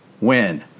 win